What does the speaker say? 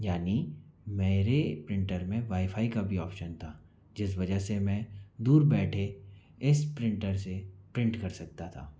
यानि मेरे प्रिंटर में वाई फाई का भी ऑप्शन था जिस वजह से मैं दूर बैठे इस प्रिंटर से प्रिंट कर सकता था